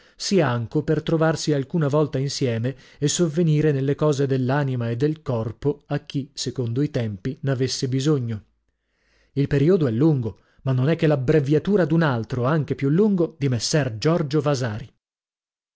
anco per trovarsi alcuna volta insieme e sovvenire nelle cose dell'anima e del corpo a chi secondo i tempi n'avesse bisogno il periodo è lungo ma non è che l'abbreviatura d'un altro anche più lungo di messer giorgio vasari